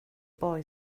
boy